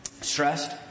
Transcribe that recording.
stressed